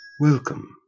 Welcome